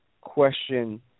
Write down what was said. question